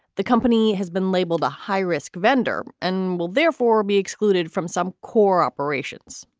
the company has been labeled a high risk vendor and will therefore be excluded from some core operations.